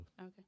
Okay